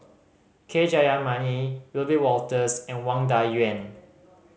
K Jayamani Wiebe Wolters and Wang Dayuan